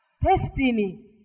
destiny